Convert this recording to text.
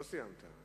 לא סיימת.